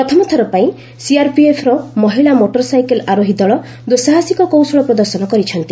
ପ୍ରଥମ ଥରପାଇଁ ସିଆର୍ପିଏଫ୍ର ମହିଳା ମୋଟର ସାଇକେଲ୍ ଆରୋହୀ ଦଳ ଦୁଃସାହସିକ କୌଶଳ ପ୍ରଦର୍ଶନ କରିଛନ୍ତି